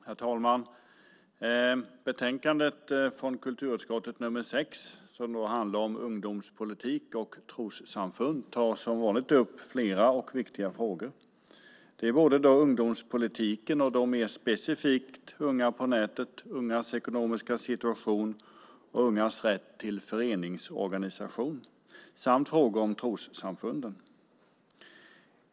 Herr talman! Betänkande nr 6 från kulturutskottet som handlar om ungdomspolitik och trossamfund tar upp flera och viktiga frågor. Det är ungdomspolitiken och mer specifikt unga på nätet, ungas ekonomiska situation, ungas rätt till föreningsorganisation samt frågor om trossamfunden.